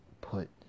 put